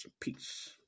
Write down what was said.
peace